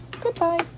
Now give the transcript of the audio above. goodbye